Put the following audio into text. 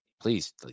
Please